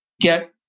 get